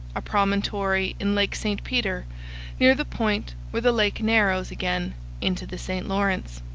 a promontory in lake st peter near the point where the lake narrows again into the st lawrence.